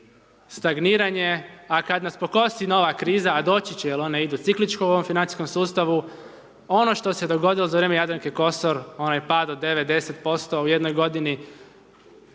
stagniranje, a kad nas pokosi nova kriza, a doći će je one idu ciklički u ovom financijskom sustavu, ono što se dogodilo za vrijeme Jadranke Kosor, onaj pad od 9,10% u jednoj godini,